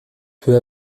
peu